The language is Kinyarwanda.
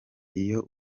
iyo